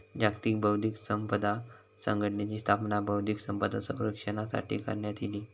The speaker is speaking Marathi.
जागतिक बौध्दिक संपदा संघटनेची स्थापना बौध्दिक संपदा संरक्षणासाठी करण्यात इली